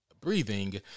breathing